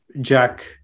jack